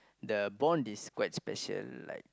the bond is quite special like